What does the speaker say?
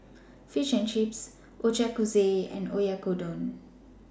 Fish and Chips Ochazuke and Oyakodon